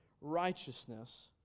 righteousness